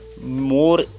More